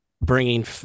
bringing